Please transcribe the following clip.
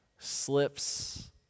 slips